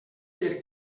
per